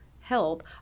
help